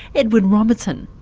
edwin robertson.